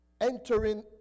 entering